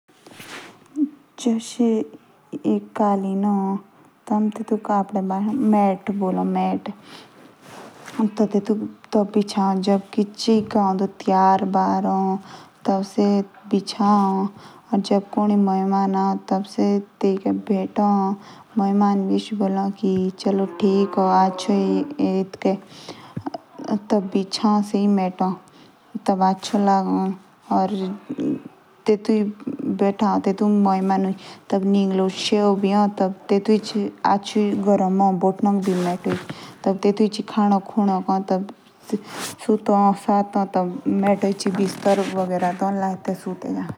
ये लगावजो से कलिन है। तेटुक हमें पहाड़ी मुझे मेट बोलू। सेई टायर बरुक बोचाओ। जो मेहमान आओ से तिनुक डी बिछदोक दो। या से तिनकुक अच्छे लगो।